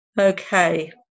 Okay